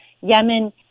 Yemen